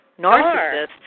narcissists